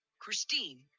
christine